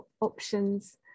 options